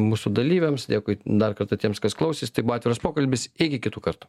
mūsų dalyviams dėkui dar kartą tiems kas klausėsi tai buvo atviras pokalbis iki kitų kartų